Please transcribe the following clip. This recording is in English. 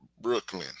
Brooklyn